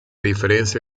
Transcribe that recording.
diferencia